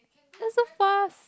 that's so fast